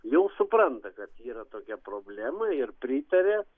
jau supranta kad yra tokia problema ir pritaria